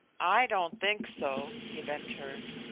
i don't think so, he ventured.